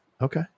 Okay